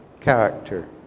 character